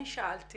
אני שאלתי